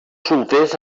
solters